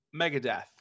Megadeth